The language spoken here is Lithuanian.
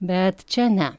bet čia ne